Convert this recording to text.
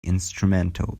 instrumental